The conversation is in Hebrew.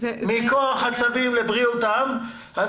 מכוח הצווים לבריאות העם.